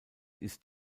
ist